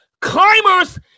Climbers